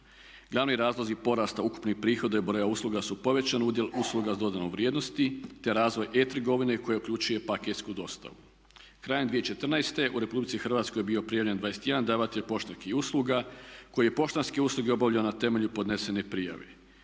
Glavni razlozi porasta ukupnih prihoda i broja usluga su povećani udjel usluga sa dodanom vrijednosti te razvoj e-trgovine koja uključuje paketsku dostavu. Krajem 2014. u Republici Hrvatskoj bio je prijavljen 21 davatelj poštanskih usluga koji je poštanske usluge obavljao na temelju podnesene prijave.